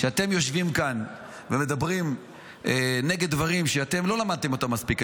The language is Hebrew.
כשאתם יושבים כאן ומדברים נגד דברים שאתם לא למדתם אותם מספיק.